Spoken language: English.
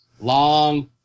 long